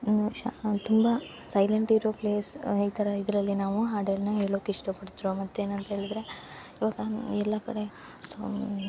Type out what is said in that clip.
ಹಾ ತುಂಬ ಸೈಲೆಂಟ್ ಇರೋ ಪ್ಲೇಸ್ ಈ ಥರ ಇದರಲ್ಲಿ ನಾವು ಹಾಡನ್ನು ಹೇಳುಕ್ಕೆ ಇಷ್ಟಪಡ್ತ್ರು ಮತ್ತೇನು ಅಂತ ಹೇಳಿದ್ರೆ ಇವಾಗ ಎಲ್ಲ ಕಡೆ ಸಾಂಗ್